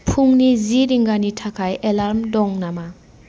फुंनि जि रिंगानि थाखाय एलार्म दं नामा